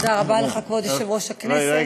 תודה רבה לך, כבוד יושב-ראש הכנסת.